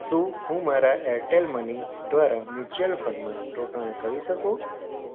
શું હું મારા એરટેલ મની દ્વારા મ્યુચ્યુઅલ ફંડમાં રોકાણ કરી શકું